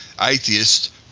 atheist